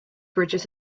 bridges